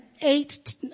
eight